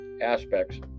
aspects